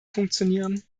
funktionieren